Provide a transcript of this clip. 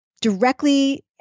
directly